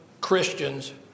Christians